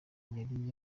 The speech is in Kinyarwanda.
yari